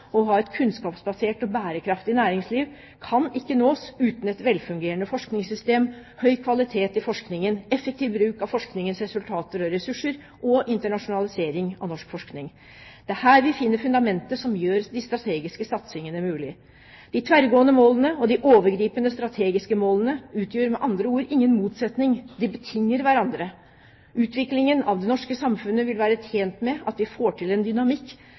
å ha et kunnskapsbasert og bærekraftig næringsliv kan ikke nås uten et velfungerende forskningssystem, høy kvalitet i forskningen, effektiv bruk av forskningens resultater og ressurser og internasjonalisering av norsk forskning. Det er her vi finner fundamentet som gjør de strategiske satsingene mulig. De tverrgående målene og de overgripende, strategiske målene utgjør med andre ord ingen motsetning, de betinger hverandre. Utviklingen av det norske samfunnet vil være tjent med at vi får til en dynamikk